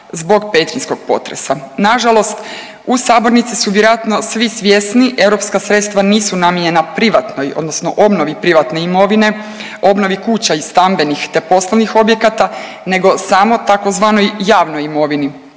zbog petrinjskog potresa. Nažalost, u sabornici su vjerojatno svi svjesni europska sredstva nisu namijenjena privatnoj odnosno obnovi privatne imovine, obnovi kuća i stambenih te poslovnih objekata nego samoj tzv. javnoj imovini.